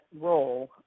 role